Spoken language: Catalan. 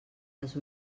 les